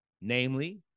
Namely